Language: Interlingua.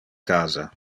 casa